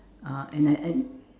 uh and I and